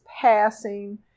passing